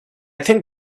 think